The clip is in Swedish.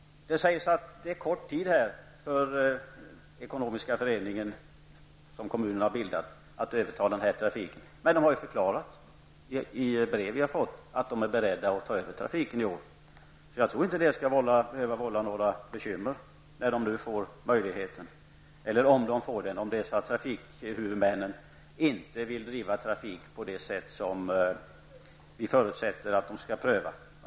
Det sägs att den ekonomiska förening som kommunerna har bildat har för kort tid på sig för att överta den här trafiken. Men de har ju i brev till oss förklarat att de är beredda att i år ta över trafiken. Jag tror inte att de skall behöva ha några bekymmer om de nu får möjlighet att driva trafiken, dvs. om trafikhuvudmännen inte vill driva trafiken på det sätt som vi förutsätter att de skall pröva.